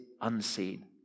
unseen